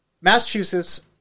Massachusetts